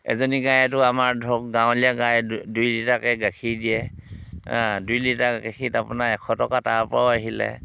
এজনী গায়েতো আমাৰ ধৰক গাঁৱলীয়া গায়ে দুই দুই লিটাৰকৈ গাখীৰ দিয়ে দুই লিটাৰ গাখীৰত আপোনাৰ এশ টকা তাৰ পৰাও আহিলে